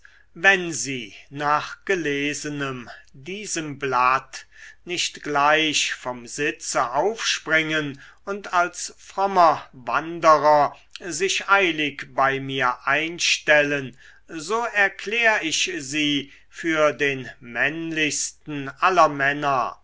wenn sie nach gelesenem diesem blatt nicht gleich vom sitze aufspringen und als frommer wanderer sich eilig bei mir einstellen so erklär ich sie für den männlichsten aller männer